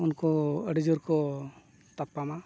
ᱩᱱᱠᱩ ᱟᱹᱰᱤᱡᱳᱨ ᱠᱚ ᱛᱟᱯᱟᱢᱟ